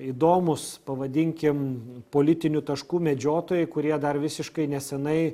įdomūs pavadinkim politinių taškų medžiotojai kurie dar visiškai nesenai